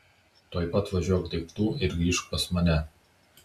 tuoj pat važiuok daiktų ir grįžk pas mane